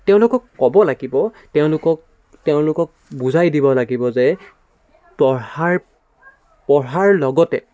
তেওঁলোকক ক'ব লাগিব তেওঁলোকক তেওঁলোকক বুজাই দিব লাগিব যে পঢ়াৰ পঢ়াৰ লগতে